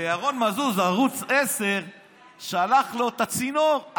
ירון מזוז, ערוץ 10 שלח לו את הצינור.